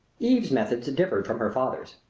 eve's methods differed from her father's.